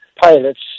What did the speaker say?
pilots